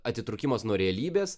atitrūkimas nuo realybės